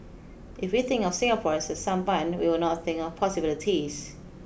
if we think of Singapore as a sampan we will not think of possibilities